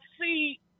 see